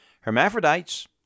hermaphrodites